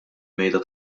mejda